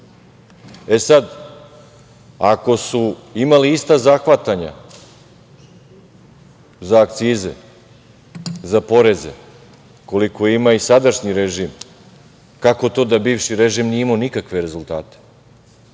Vučić. Ako su imali ista zahvatanja za akcize, za poreze, koliko ima i sadašnji režim, kako to da bivši režim nije imao nikakve rezultate?